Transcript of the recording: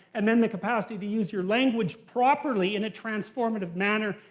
and then the capacity to use your language properly, in a transformative manner,